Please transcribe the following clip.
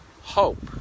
hope